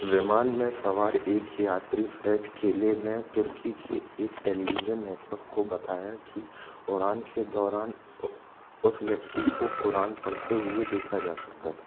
विमान में सवार एक यात्री फ्रैट केले ने तुर्की के एक टेलीविजन नेटवर्क को बताया कि उड़ान के दौरान उस व्यक्ति को कुरान पढ़ते हुए देखा जा सकता था